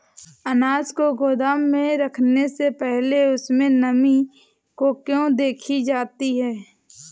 अनाज को गोदाम में रखने से पहले उसमें नमी को क्यो देखी जाती है?